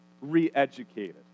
re-educated